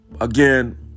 again